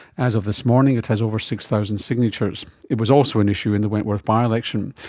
as of this morning it has over six thousand signatures. it was also an issue in the wentworth by-election.